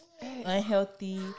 unhealthy